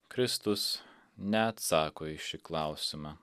kristus neatsako į šį klausimą